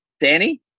Danny